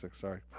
sorry